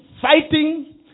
fighting